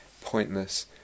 pointless